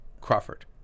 Crawford